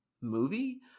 movie